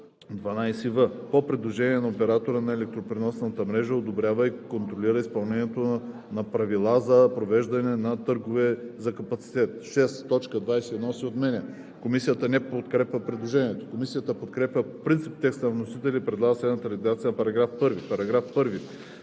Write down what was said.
12в. по предложение на оператора на електропреносната мрежа, одобрява и контролира изпълнението на Правила за провеждане на търгове за капацитет;“ 6. Точка 21 се отменя.“ Комисията не подкрепя предложението. Комисията подкрепя по принцип текста на вносителя и предлага следната редакция на § 1: „§ 1.